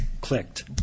clicked